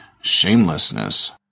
shamelessness